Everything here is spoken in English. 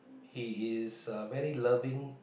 he is uh very loving